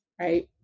right